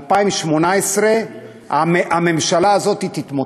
ב-2018 הממשלה הזאת תתמוטט,